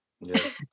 Yes